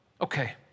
Okay